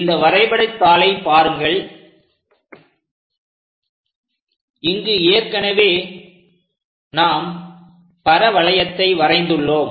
இந்த வரைபடத்தாளை பாருங்கள் இங்கு ஏற்கனவே நாம் பரவளையத்தை வரைந்துள்ளோம்